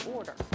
Order